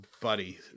buddy